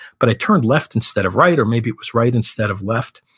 but i turned left instead of right, or maybe it was right instead of left,